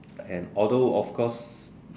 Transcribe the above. and although of course